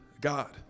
God